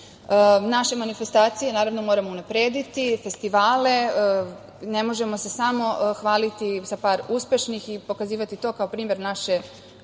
manifestacije moramo unaprediti, festivale, ne možemo se samo hvaliti sa par uspešnih i pokazivati to kao primer naše ažurnosti